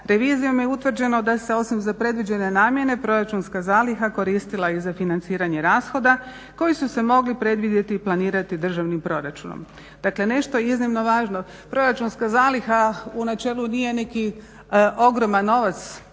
revizijom je utvrđeno da se osim za predviđene namjene proračunska zaliha koristila i za financiranje rashoda koji su se mogli predvidjeti i planirati državnim proračunom. Dakle, nešto iznimno važno. Proračunska zaliha u načelu nije neki ogroman novac